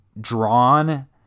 drawn